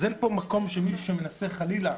אז אין פה מקום שמישהו שמנסה, חלילה,